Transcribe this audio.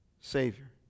Savior